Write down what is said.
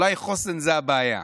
אולי חוסן זו הבעיה.